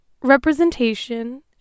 representation